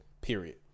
period